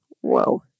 Whoa